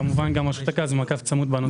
כמובן גם רשות הגז במעקב צמוד בנושא.